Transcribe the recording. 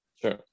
Sure